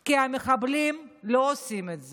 כי המחבלים לא עושים את זה.